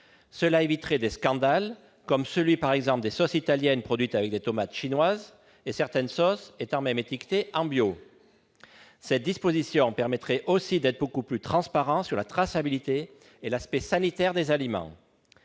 Cela éviterait des scandales, comme celui des sauces italiennes produites avec des tomates chinoises, certaines sauces étant même étiquetées en bio ! Cette disposition permettrait aussi d'être beaucoup plus transparent sur la traçabilité et l'aspect sanitaire des aliments.